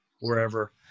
wherever